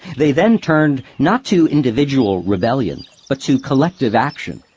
they then turned not to individual rebellion but to collective action.